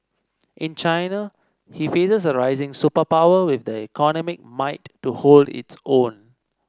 in China he faces a rising superpower with the economic might to hold its own